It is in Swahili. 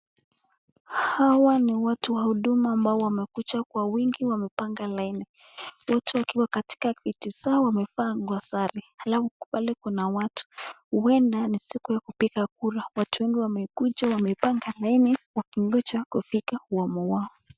Hawa ni watu wa huduma ambao wamekuja kwa wingi wamepanga laini, wote wakiwa katika viti zao wamevaa nguo sare. Alafu pale kuna watu, huenda ni siku ya kupiga kura. Watu wengi wamekuja wamepanga laini wakingoja kufika wamu wao.